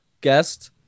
guest